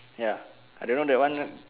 ya I don't know that one